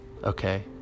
Okay